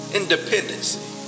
independence